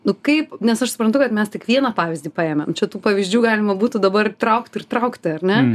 nu kaip nes aš suprantu kad mes tik vieną pavyzdį paėmėm čia tų pavyzdžių galima būtų dabar traukt ir traukti ar ne